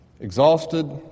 exhausted